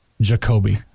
Jacoby